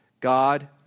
God